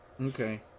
Okay